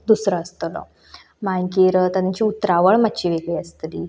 दुसरो आसतलो मागीर तांची उतरावळ मातशी वेगळी आसतली